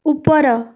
ଉପର